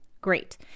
great